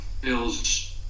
feels